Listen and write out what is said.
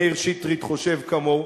מאיר שטרית חושב כמוהו.